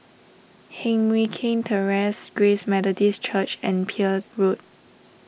Heng Mui Keng Terrace Grace Methodist Church and Peel Road